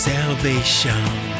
Salvation